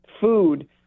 food